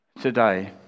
today